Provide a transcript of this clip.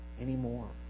anymore